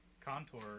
contour